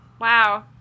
Wow